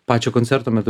pačio koncerto metu